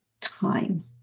time